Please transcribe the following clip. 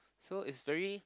so it's very